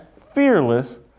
Fearless